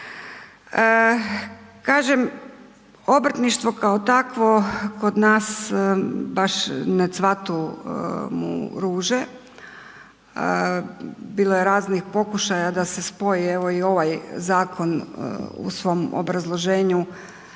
Kažem, obrtništvo kao takvo kod nas baš ne cvatu mu ruže, bilo je raznih pokušaja da se spoji evo i ovaj zakon u svom obrazloženju